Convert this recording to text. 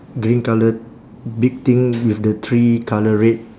green colour big thing with the three colour red